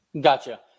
Gotcha